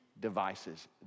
devices